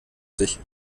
sich